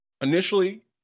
initially